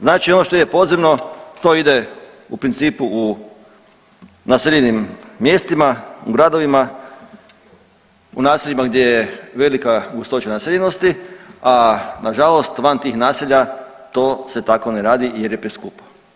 Znači ono što ide podzemno to ide u principu u naseljenim mjestima, u gradovima, u naseljima gdje je velika gustoća naseljenosti, a nažalost van tih naselja to se tako ne radi jer je preskupo.